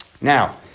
Now